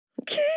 Okay